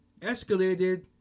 escalated